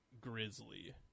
Grizzly